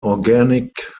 organic